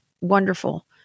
Wonderful